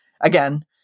again